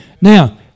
Now